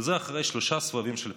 וזה אחרי שלושה סבבים של בחירות.